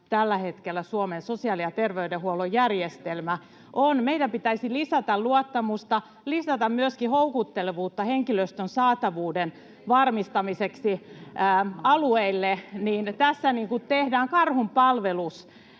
tällä hetkellä Suomen sosiaali- ja terveydenhuollon järjestelmä on. Meidän pitäisi lisätä luottamusta, lisätä myöskin houkuttelevuutta henkilöstön saatavuuden varmistamiseksi alueille. Tässä tehdään karhunpalvelus